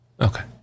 Okay